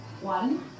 one